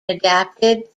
adapted